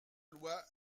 loi